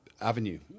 Avenue